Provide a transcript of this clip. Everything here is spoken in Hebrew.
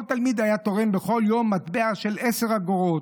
כל תלמיד היה תורם בכל יום מטבע של עשר אגורות.